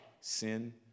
sin